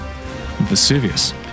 Vesuvius